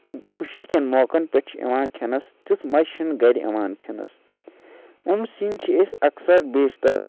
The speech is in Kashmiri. خوشی کٮ۪ن موقعَن پٮ۪ٹھ چھِ یِوان کھٮ۪نَس تیُتھ مَزٕ چھُنہٕ گَرِ یِوان کھٮ۪نَس أمۍ سِنۍ چھِ أسۍ اکثر بیشتر